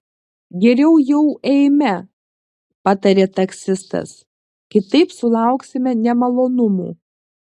geriau jau eime patarė taksistas kitaip sulauksime nemalonumų